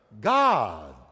God